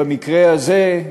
במקרה הזה,